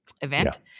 event